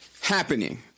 happening